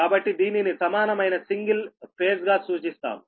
కాబట్టి దీనిని సమానమైన సింగిల్ ఫేజ్ గా సూచిస్తాము